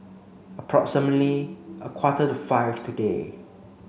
approximately a quarter to five today